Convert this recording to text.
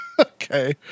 Okay